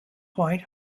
point